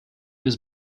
was